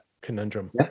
conundrum